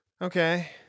Okay